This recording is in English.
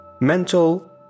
mental